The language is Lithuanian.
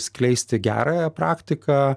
skleisti gerąją praktiką